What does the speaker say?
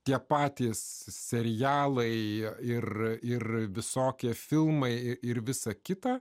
tie patys serialai ir ir visokie filmai ir visa kita